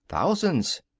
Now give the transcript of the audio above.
thousands.